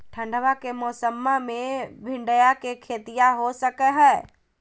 ठंडबा के मौसमा मे भिंडया के खेतीया हो सकये है?